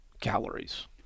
calories